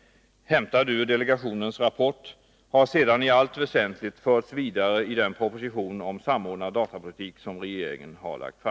— hämtad ur delegationens rapport — har sedan i allt väsentligt förts vidare i den proposition om samordnad datapolitik som regeringen har lagt fram.